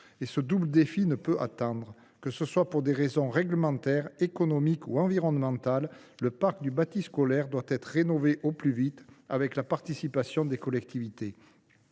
Ce double défi ne peut attendre. Que ce soit pour des raisons réglementaires, économiques ou environnementales, le parc du bâti scolaire doit être rénové au plus vite, avec la participation des collectivités.